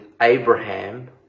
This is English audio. Abraham